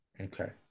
Okay